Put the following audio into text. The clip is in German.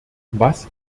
was